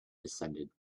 descended